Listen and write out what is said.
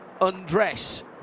undress